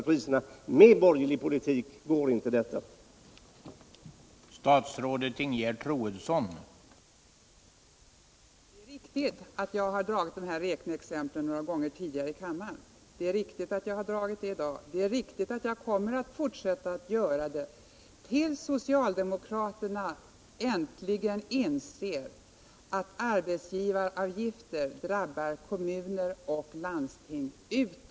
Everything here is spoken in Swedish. Men det går inte med den politik som de borgerliga för.